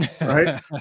right